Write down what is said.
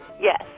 yes